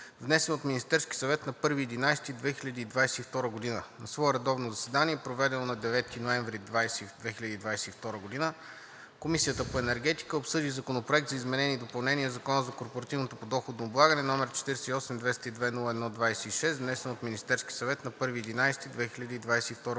внесен от Министерския съвет на 1 ноември 2022 г. На свое редовно заседание, проведено на 9 ноември 2022 г., Комисията по енергетика обсъди Законопроект за изменение и допълнение на Закона за корпоративното подоходно облагане, № 48-202-01-26, внесен от Министерския съвет на 1 ноември 2022 г.